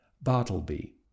Bartleby